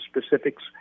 specifics